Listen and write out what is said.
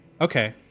Okay